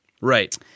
Right